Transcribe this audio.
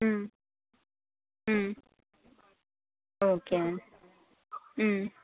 okay